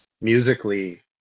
musically